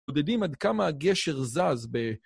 מודדים עד כמה הגשר זז ב...